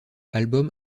album